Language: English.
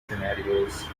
scenarios